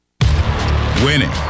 Winning